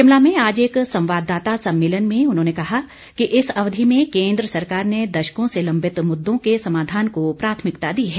शिमला में आज एक संवाददाता सम्मेलन में उन्होंने कहा कि इस अवधि में केन्द्र सरकार ने दशकों से लंबित मुद्दों के समाधान को प्राथमिकता दी है